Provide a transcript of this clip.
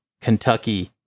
Kentucky